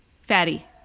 fatty